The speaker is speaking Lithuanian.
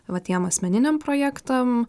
va tiem asmeniniam projektam